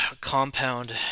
compound